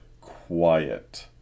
quiet